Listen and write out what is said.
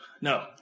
No